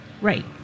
Right